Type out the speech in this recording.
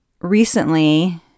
recently